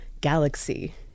galaxy